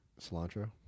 cilantro